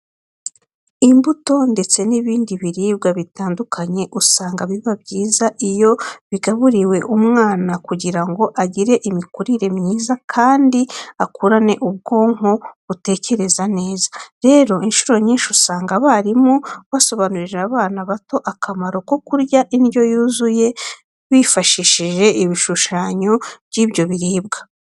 Imbuto ndetse n'ibindi biribwa bitandukanye usanga biba byiza iyo bigaburiwe umwana kugira ngo agire imikurire myiza kandi akurane ubwonko butekereza neza. Rero incuro nyinshi usanga abarimu basobanurira abana bato akamaro ko kurya indyo yuzuye bifashishije ibishushanyo by'ibyo biribwa.